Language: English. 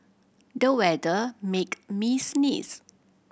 the weather make me sneeze